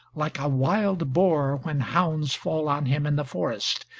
like a wild boar when hounds fall on him in the forest,